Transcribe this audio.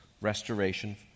restoration